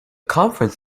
conference